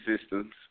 systems